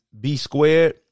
B-squared